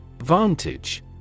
Vantage